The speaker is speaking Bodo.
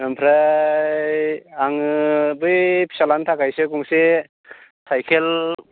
ओमफ्राय आङो बै फिसालानि थाखायसो गंसे साइकेल